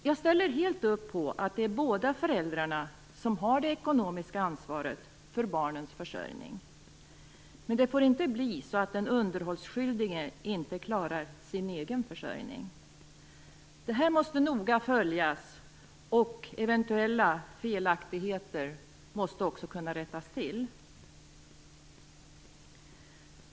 Jag ställer helt upp på att det är båda föräldrarna som har det ekonomiska ansvaret för barnens försörjning. Men det får inte bli så att den underhållsskyldige inte klarar sin egen försörjning. Det här måste noga följas, och eventuella felaktigheter måste också kunna rättas till.